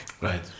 right